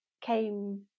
came